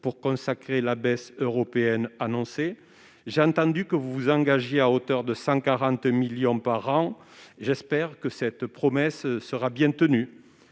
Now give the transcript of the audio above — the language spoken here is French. pour compenser la baisse européenne annoncée ? J'ai entendu que vous vous engagiez à hauteur de 140 millions d'euros par an. J'espère que cette promesse sera tenue